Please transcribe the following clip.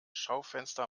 schaufenster